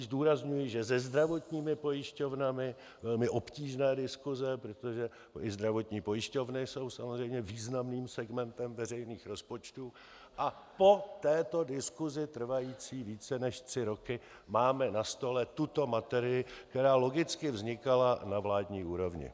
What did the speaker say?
Zdůrazňuji, že se zdravotními pojišťovnami byly obtížné diskuse, protože i zdravotní pojišťovny jsou samozřejmě významným segmentem veřejných rozpočtů, a po této diskusi trvající více než tři roky máme na stole tuto materii, která logicky vznikala na vládní úrovni.